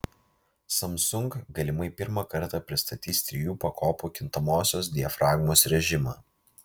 samsung galimai pirmą kartą pristatys trijų pakopų kintamosios diafragmos rėžimą